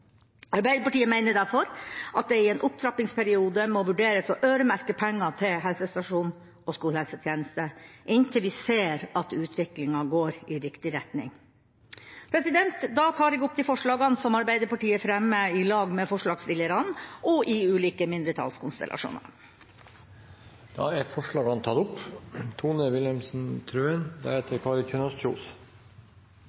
Arbeiderpartiet mener derfor at det i en opptrappingsperiode må vurderes å øremerke penger til helsestasjon og skolehelsetjeneste, inntil vi ser at utviklinga går i riktig retning. Jeg tar opp de forslagene som Arbeiderpartiet fremmer sammen med forslagsstillerne og i ulike mindretallskonstellasjoner. Representanten Tove Karoline Knutsen har tatt opp